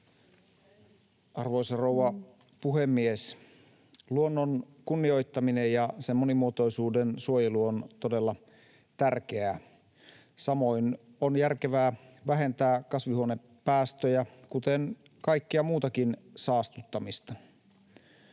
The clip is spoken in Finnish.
Arvoisa rouva puhemies! Luonnon kunnioittaminen ja sen monimuotoisuuden suojelu on todella tärkeää. Samoin on järkevää vähentää kasvihuonepäästöjä, kuten kaikkea muutakin saastuttamista.